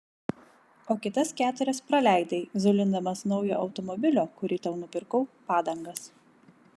o kitas keturias praleidai zulindamas naujo automobilio kurį tau nupirkau padangas